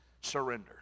surrender